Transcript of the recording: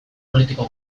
politiko